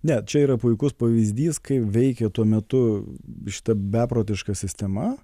ne čia yra puikus pavyzdys kaip veikė tuo metu šita beprotiška sistema